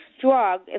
drug